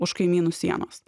už kaimynų sienos